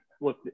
look